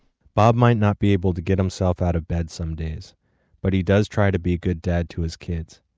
bob might not be able to get himself out of bed some days but he does try to be a good dad to his kids.